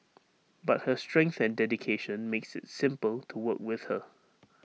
but her strength and dedication makes IT simple to work with her